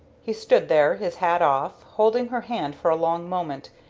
he stood there, his hat off, holding her hand for a long moment,